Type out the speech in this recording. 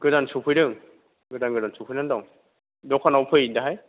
गोदान सफैदों गोदान गोदान सफैनानै दं दखानाव फै दाहाय